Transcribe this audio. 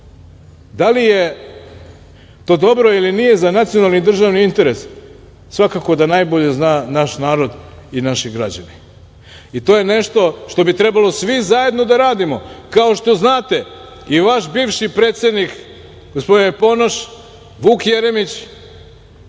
da li je to dobro ili nije za nacionalni i državni interes svakako da najbolje zna naš narod i naši građani i to je nešto što bi trebalo svi zajedno da radimo kao što znate i vaš bivši predsednik gospodine Ponoš, Vuk Jeremić